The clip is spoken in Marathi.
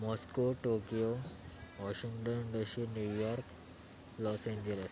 Moscow Tokyo Washington D C New York Los Angeles